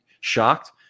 shocked